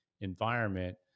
environment